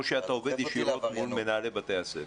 שאתה עובד ישירות מול מנהלי בתי הספר?